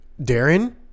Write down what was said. Darren